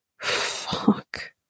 Fuck